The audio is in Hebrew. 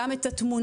גם את התמונות,